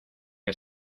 que